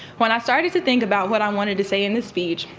when i started to think about what i wanted to say in this speech,